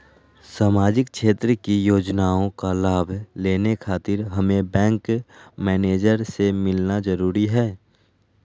सामाजिक क्षेत्र की योजनाओं का लाभ लेने खातिर हमें बैंक मैनेजर से मिलना जरूरी है?